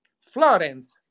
Florence